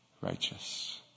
righteous